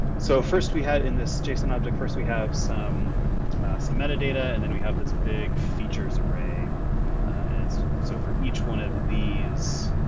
so first we had in this json object, first, we have some some metadata and then we have this big features array and it's. so for each one of these